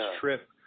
trip